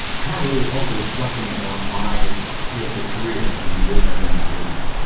kind of really also reflecting about my real estate career in the years. i've been in the business.